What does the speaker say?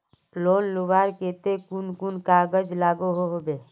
Loan लुबार केते कुन कुन कागज लागोहो होबे?